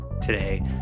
today